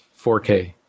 4K